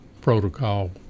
protocol